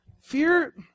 Fear